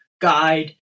guide